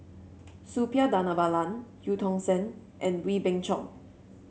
Suppiah Dhanabalan Eu Tong Sen and Wee Beng Chong